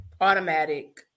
automatic